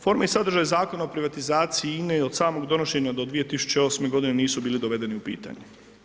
Forma i sadržaj Zakona o privatizaciji INA-e od samog donošenja do 2008.g. nisu bili dovedeni u pitanje.